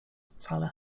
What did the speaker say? wcale